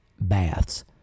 baths